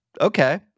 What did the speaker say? Okay